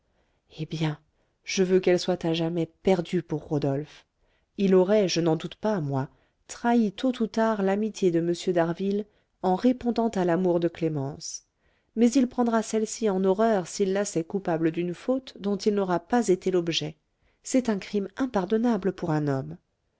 eh bien je veux qu'elle soit à jamais perdue pour rodolphe il aurait je n'en doute pas moi trahi tôt ou tard l'amitié de m d'harville en répondant à l'amour de clémence mais il prendra celle-ci en horreur s'il la sait coupable d'une faute dont il n'aura pas été l'objet c'est un crime impardonnable pour un homme